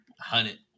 hundred